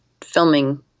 filming